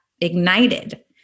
ignited